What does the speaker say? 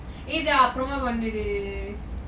ஏய் இது அபிராம பண்ணுடி:aye ithu aprama pannudi